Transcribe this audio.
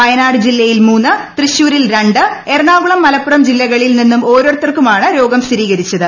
വയനാട് ജില്ലയിൽ മൂന്ന് തൃശൂരിൽ രണ്ട് എറണാകുളം മലപ്പുറം ജില്ലകളിൽ നിന്നും ഓരോരുത്തർക്കുമാണ് രോഗം സ്ഥിരീകരിച്ചത്